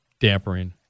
dampering